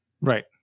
Right